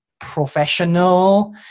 professional